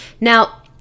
Now